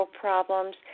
problems